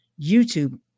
YouTube